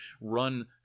run